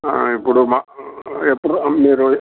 ఇప్పుడు మా ఎప్పుడు ర మీరు